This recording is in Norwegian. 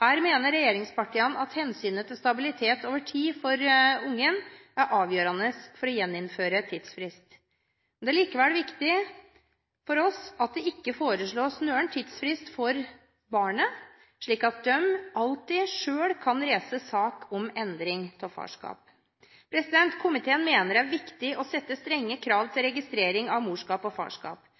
Her mener regjeringspartiene at hensynet til stabilitet over tid for barnet er avgjørende for å gjeninnføre tidsfrist. Det er likevel viktig for oss at det ikke foreslås noen tidsfrist for barn, slik at de alltid selv kan reise sak om endring av farskap. Komiteen mener det er viktig å sette strenge krav til registrering av morskap og farskap.